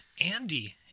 Andy